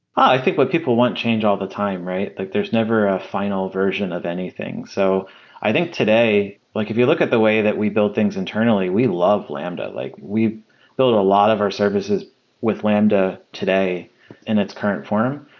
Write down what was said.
i think but people want change all the time, right? like there's never a final version of anything. so i think, today, like if you look at the way that we build things internally, we love lambda. like we build a lot of our services with lambda today in its current form,